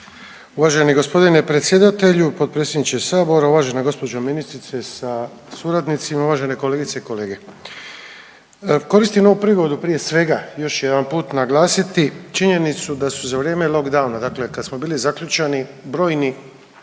Uvaženi g. predsjedatelju, potpredsjedniče sabora, uvažena gđo. ministrice sa suradnicima, uvažene kolegice i kolege. Koristim ovu prigodu prije svega još jedanput naglasiti činjenicu da su za vrijeme lockdowna, dakle kad smo bili zaključani brojni